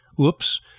Oops